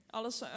Alles